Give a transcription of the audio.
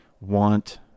want